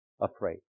afraid